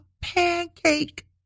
pancake